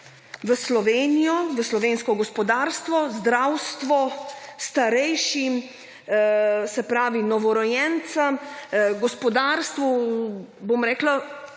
v Slovenijo, v slovensko gospodarstvo, zdravstvo, starejšim, novorojencem, gospodarstvu, bom rekla,